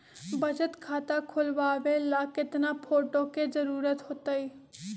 बचत खाता खोलबाबे ला केतना फोटो के जरूरत होतई?